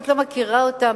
את לא מכירה אותם,